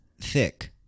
thick